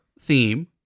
theme